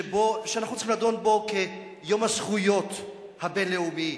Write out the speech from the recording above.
שאנחנו צריכים לדון בו ביום הזכויות הבין-לאומי,